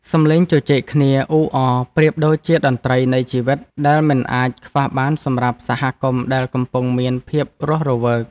សម្លេងជជែកគ្នាអ៊ូអរប្រៀបដូចជាតន្ត្រីនៃជីវិតដែលមិនអាចខ្វះបានសម្រាប់សហគមន៍ដែលកំពុងមានភាពរស់រវើក។